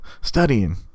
studying